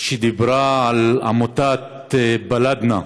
שדיברה על עמותת "בלדנא",